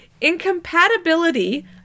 Incompatibility